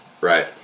right